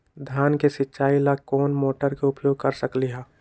धान के सिचाई ला कोंन मोटर के उपयोग कर सकली ह?